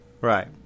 Right